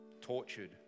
tortured